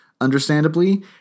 understandably